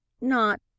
Not—